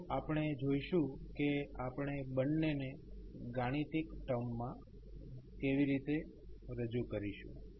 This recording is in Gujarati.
તો આપણે જોઈશું કે આપણે બંનેને ગાણિતિક ટર્મ માં કેવી રીતે રજૂ કરીશું